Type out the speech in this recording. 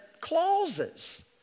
clauses